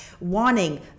wanting